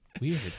Weird